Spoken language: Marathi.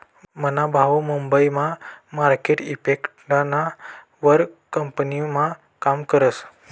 मना भाऊ मुंबई मा मार्केट इफेक्टना वर कंपनीमा काम करस